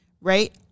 right